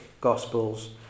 Gospels